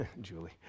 Julie